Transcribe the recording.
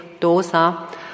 Dosa